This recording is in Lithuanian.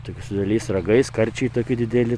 tik su dideliais ragais karčiai tokie dideli